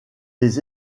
les